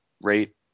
rate